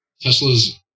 tesla's